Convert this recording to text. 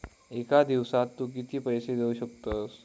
एका दिवसात तू किती पैसे देऊ शकतस?